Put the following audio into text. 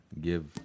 Give